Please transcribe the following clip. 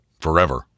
forever